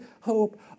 hope